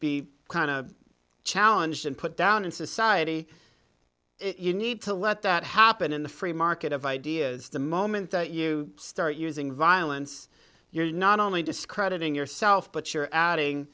and be challenged and put down in society you need to let that happen in the free market of ideas the moment that you start using violence you're not only discrediting yourself but you're